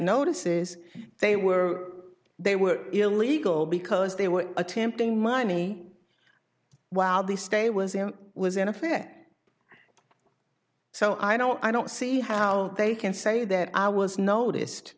notices they were they were illegal because they were attempting money while the stay was was in effect so i don't i don't see how they can say that i was noticed